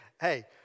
hey